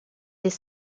this